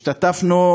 השתתפנו,